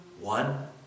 one